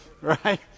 Right